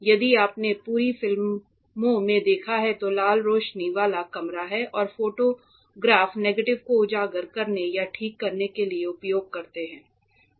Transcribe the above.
यदि आपने पुरानी फिल्मों में देखा है तो लाल रोशनी वाला कमरा है और फोटोग्राफर नेगेटिव को उजागर करने या ठीक करने के लिए उपयोग करते थे